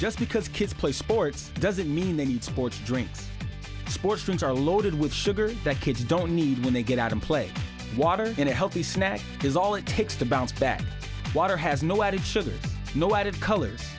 just because kids play sports doesn't mean they need sports drinks sports drinks are loaded with sugar that kids don't need when they get out and play water in a healthy snack is all it takes to bounce back water has no added sugar added colors